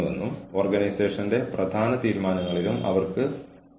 അതിനാൽ പല കേസുകളിലും ഇത് സംഭവിക്കുന്നു